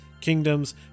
kingdoms